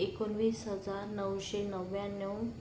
एकोणवीस हजार नऊशे नव्याण्णव